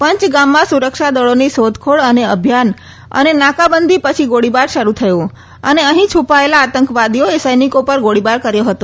પંજગામમાં સુરક્ષાદળોના શોધખોળ અભિયાન અને નાકાબંધી પછી ગોળીબાર શરૂ થયો અને અહીં છૂપાયેલા આતંકવાદીઓએ સૈનિકો પર ગોળીબાર કર્યો હતો